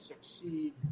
succeed